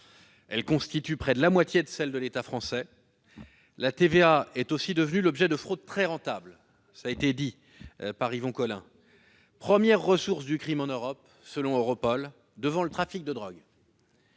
Elle constitue près de la moitié de celles de l'État français. La TVA est aussi devenue l'objet de fraudes très rentables : selon Europol, elle est la première ressource du crime en Europe, devant le trafic de drogue.